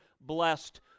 blessed